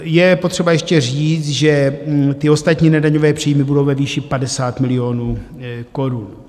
Je potřeba ještě říct, že ty ostatní nedaňové příjmy budou ve výši 50 milionů korun.